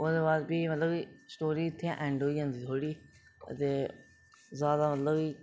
ओह्दे बाद फ्ही मतलब कि स्टोरी इत्थै ऐंड़ होई जंदी थोह्ड़ी ते ज्यादा मतलब कि